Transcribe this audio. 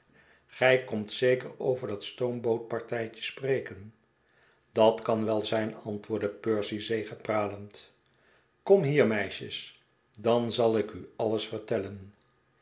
gij komt zeker over dat stoombootpartijtje spreken dat kan wel zijn antwoordde percy zegepralend kom hier meisjes dan zal ik u alles vertellen